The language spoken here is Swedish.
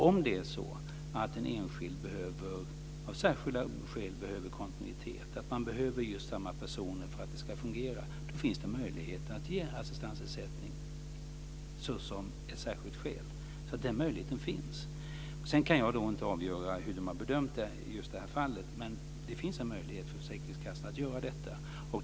Om det är så att en enskild av särskilda skäl behöver kontinuitet och just samma personer för att det ska fungera finns det möjlighet att ge assistansersättning av särskilt skäl. Den möjligheten finns. Jag kan inte avgöra hur man har bedömt det i just detta fall. Men det finns en möjlighet för försäkringskassan att göra detta.